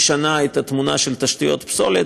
משנה את התמונה של תשתיות פסולת,